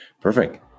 Perfect